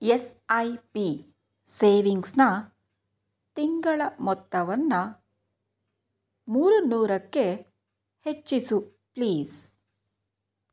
S I P ಸೇವಿಂಗ್ಸ್ನ ತಿಂಗಳ ಮೊತ್ತವನ್ನು ಮೂರು ನೂರಕ್ಕೆ ಹೆಚ್ಚಿಸು ಪ್ಲೀಸ್